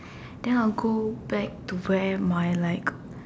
then I'll go back to where my like